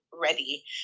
ready